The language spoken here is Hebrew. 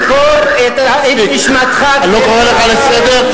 למכור את נשמתך, אני לא קורא אותך לסדר.